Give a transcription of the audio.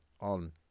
on